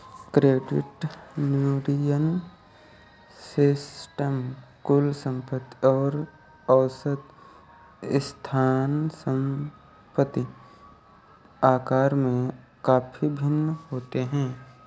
credit union system कुल संपत्ति और औसत संस्था संपत्ति आकार में काफ़ी भिन्न होते हैं